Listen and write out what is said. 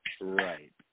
right